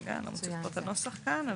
רגע, אני רוצה לראות את הנוסח כאן.